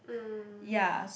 mm